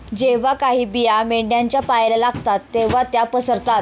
जेव्हा काही बिया मेंढ्यांच्या पायाला लागतात तेव्हा त्या पसरतात